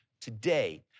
Today